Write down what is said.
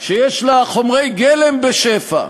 שיש לה חומרי גלם בשפע,